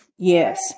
Yes